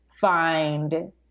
find